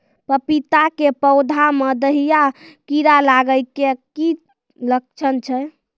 पपीता के पौधा मे दहिया कीड़ा लागे के की लक्छण छै?